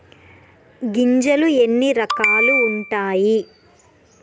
గింజలు ఎన్ని రకాలు ఉంటాయి?